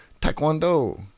Taekwondo